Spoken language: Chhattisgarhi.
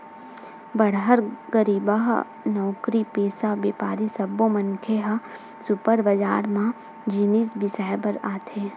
बड़हर, गरीबहा, नउकरीपेसा, बेपारी सब्बो मनखे ह सुपर बजार म जिनिस बिसाए बर आथे